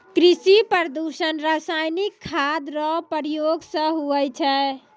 कृषि प्रदूषण रसायनिक खाद रो प्रयोग से हुवै छै